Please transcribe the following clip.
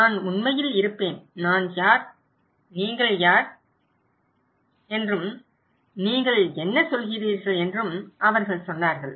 நான் உண்மையில் இருப்பேன் நான் யார் நீங்கள் யார் என்றும் நீங்கள் என்ன சொல்கிறீர்கள் என்றும் அவர்கள் சொன்னார்கள்